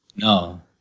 No